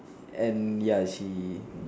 and ya I see